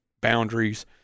boundaries